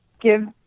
give